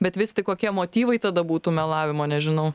bet vis tik kokie motyvai tada būtų melavimo nežinau